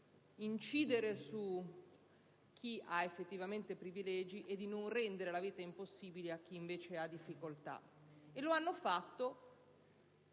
incidere su chi ha effettivamente i privilegi e di non rendere la vita impossibile a chi ha difficoltà, molti altri